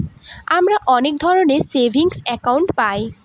আমরা অনেক ধরনের সেভিংস একাউন্ট পায়